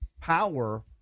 power